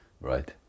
Right